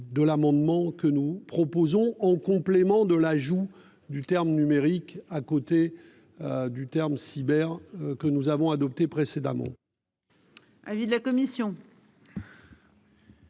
De l'amendement que nous proposons en complément de l'ajout du terme numérique à côté. Du terme cyber que nous avons adoptées précédemment.